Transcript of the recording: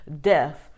death